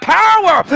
power